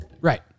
Right